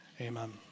amen